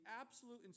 absolute